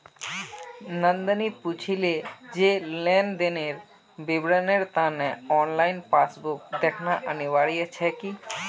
नंदनी पूछले जे लेन देनेर विवरनेर त न ऑनलाइन पासबुक दखना अनिवार्य छेक की